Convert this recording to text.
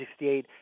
1968